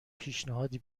پیشنهادی